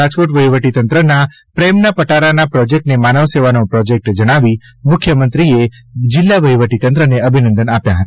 રાજકોટ વહીવટીતંત્રના પ્રેમના પટારા ના પ્રોજેક્ટને માનવસેવાનો પ્રોજેક્ટ જણાવી મુખ્યમંત્રીશ્રીએ જિલ્લા વહીવટીતંત્રને અભિનંદન આપ્યા હતા